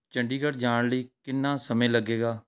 ਚੰਡੀਗੜ ਜਾਣ ਲਈ ਕਿੰਨਾ ਸਮੇਂ ਲੱਗੇਗਾ